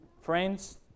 friends